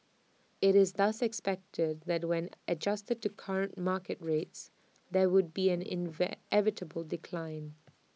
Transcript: IT is thus expected that when adjusted to current market rates there would be an invent decline